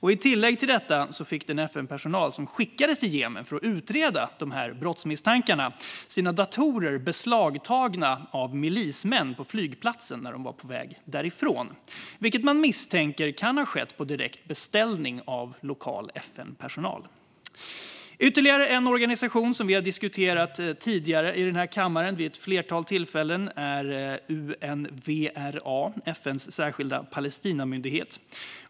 I tillägg till detta fick den FN-personal som skickades till Jemen för att utreda dessa brottsmisstankar sina datorer beslagtagna av milismän på flygplatsen när de var på väg därifrån, vilket man misstänker kan ha skett på direkt beställning av lokal FN-personal. Ytterligare en organisation som vi tidigare vid ett flertal tillfällen har diskuterat i denna kammare är Unrwa, FN:s särskilda Palestinamyndighet.